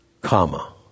Comma